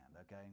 okay